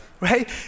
right